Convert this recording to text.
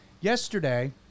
yesterday